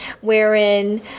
wherein